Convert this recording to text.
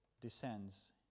descends